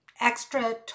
extra